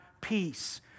peace